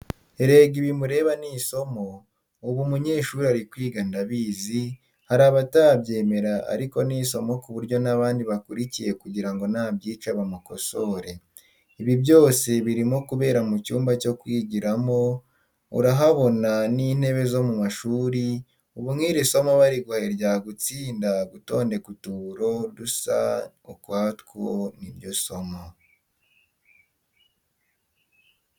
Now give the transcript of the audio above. Erega ibi mureba ni isomo, ubu umunyeshuri arimo kwiga ndabizi, hari abatabyemera ariko ni isomo ku buryo n'abandi bakurikiye kugira ngo nabyica bamukosore. Ibi byose birimo kubera mu cyumba cyo kwigiramo, urahabona n'intebe zo mu mashuri, ubu nk'iri somo bariguhaye ryagutsinda gutondeka utuburo dusa ukwatwo ni ryo somo.